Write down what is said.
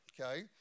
okay